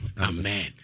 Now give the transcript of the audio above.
Amen